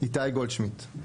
איתי גולדשמיט.